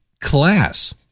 class